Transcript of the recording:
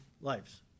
lives